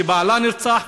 שבעלה נרצח,